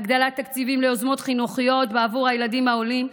הגדלת תקציבים ליוזמות חינוכיות בעבור הילדים העולים,